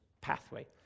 pathway